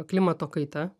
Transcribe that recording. klimato kaita